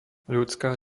ľudská